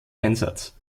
einsatz